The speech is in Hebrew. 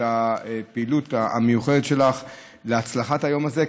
הפעילות המיוחדת שלך להצלחת היום הזה,